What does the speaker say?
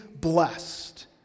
blessed